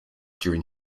during